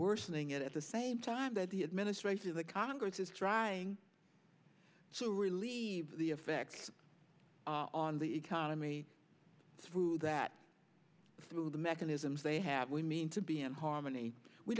worsening it at the same time that the administration or the congress is trying to relieve the effects on the economy through that through the mechanisms they have we mean to be in harmony we